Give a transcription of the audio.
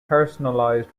personalized